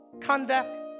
conduct